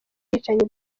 bwicanyi